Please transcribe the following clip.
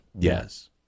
Yes